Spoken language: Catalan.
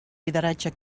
lideratge